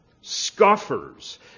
scoffers